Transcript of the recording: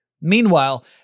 Meanwhile